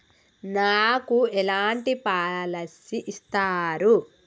నాకు ఎలాంటి పాలసీ ఇస్తారు?